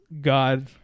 God